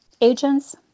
agents